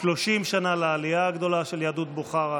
30 שנה לעלייה הגדולה של יהדות בוכרה,